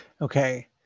Okay